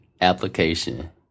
application